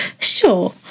Sure